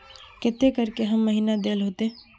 केते करके हर महीना देल होते?